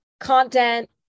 Content